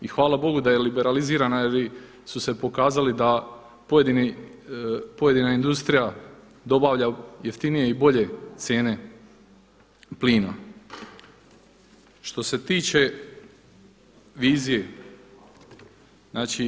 I hvala Bogu da je liberalizirana jer su se pokazali da pojedina industrija dobavlja jeftinije i bolje cijene plina.